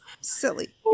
silly